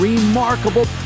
remarkable